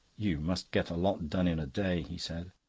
you must get a lot done in a day, he said.